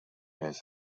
has